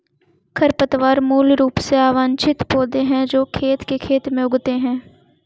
खरपतवार मूल रूप से अवांछित पौधे हैं जो खेत के खेत में उगते हैं